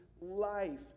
life